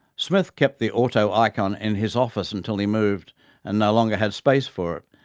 smith kept the auto-icon in his office until he moved and no longer had space for it,